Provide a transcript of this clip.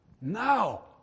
now